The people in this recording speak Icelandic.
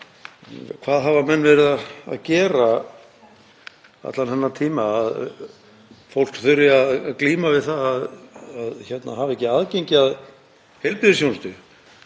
Hvað hafa menn verið að gera allan þennan tíma, að fólk þurfi að glíma við það að hafa ekki aðgengi að heilbrigðisþjónustu?